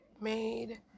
made